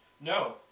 No